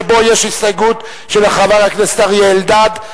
שבו יש הסתייגות של חבר הכנסת אריה אלדד,